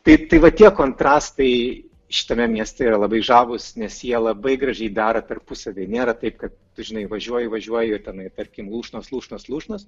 tai tai va tie kontrastai šitame mieste yra labai žavūs nes jie labai gražiai dera tarpusavyje nėra taip kad tu žinai važiuoji važiuoji tenai tarkim lūšnos lūšnos lūšnos